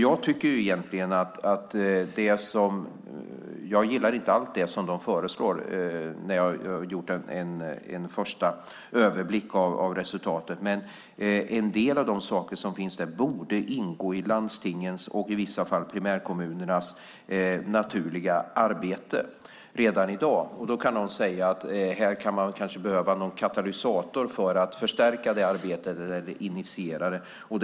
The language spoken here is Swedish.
Jag gillar inte, efter att jag tagit en första titt på resultatet, allt som föreslås i rapporten, men en del av de saker som föreslås borde redan i dag ingå i landstingens och i vissa fall primärkommunernas naturliga arbete. Då kan någon säga att det kanske behövs en katalysator för att förstärka, eller initiera, det arbetet.